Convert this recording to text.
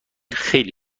خیلی